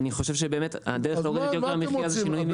אני חושב שבאמת הדרך להוריד את יוקר המחייה זה שינויים מבניים.